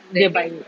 dia baik